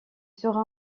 sera